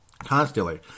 constantly